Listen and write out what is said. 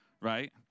right